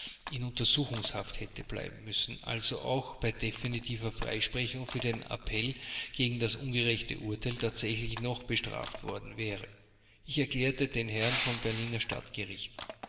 in untersuchungshaft hätte bleiben müssen also auch bei definitiver freisprechung für den appell gegen das ungerechte urteil tatsächlich noch bestraft worden wäre ich erklärte den herren vom berliner